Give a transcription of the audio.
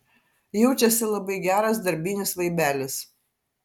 jaučiasi labai geras darbinis vaibelis